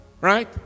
Right